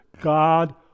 God